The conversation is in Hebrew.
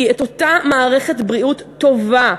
כי את אותה מערכת בריאות טובה,